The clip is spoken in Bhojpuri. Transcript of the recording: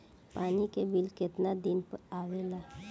पानी के बिल केतना दिन पर आबे ला?